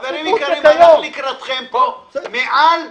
חברים יקרים, הלכתי לקראתכם פה מעל ומעבר.